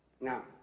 Now